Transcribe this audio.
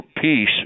peace